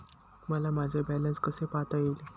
मला माझे बॅलन्स कसे पाहता येईल?